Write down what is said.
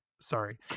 Sorry